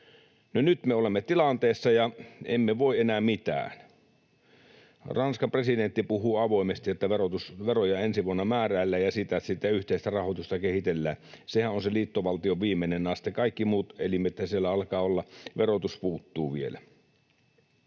nyt me olemme siinä tilanteessa ja emme voi enää mitään. Ranskan presidentti puhuu avoimesti, että veroja ensi vuonna määräillään ja siitä sitten yhteistä rahoitusta kehitellään. Sehän on se liittovaltion viimeinen nasta. Kaikki muut elimethän siellä alkaa olla, verotus puuttuu vielä.